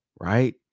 Right